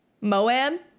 Moan